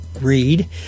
read